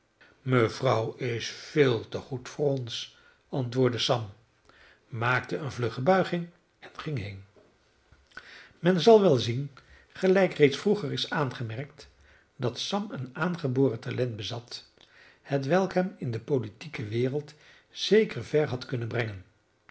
mevrouw is veel te goed voor ons antwoordde sam maakte eene vlugge buiging en ging heen men zal wel zien gelijk reeds vroeger is aangemerkt dat sam een aangeboren talent bezat hetwelk hem in de politieke wereld zeker ver had kunnen brengen een